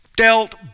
Dealt